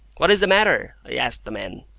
what is the matter? i asked the men.